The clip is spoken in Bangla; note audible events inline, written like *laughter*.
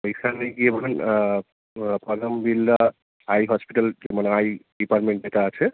ওইখানে গিয়ে বলুন *unintelligible* বিড়লা আই হসপিটাল মানে আই ডিপার্টমেন্ট যেটা আছে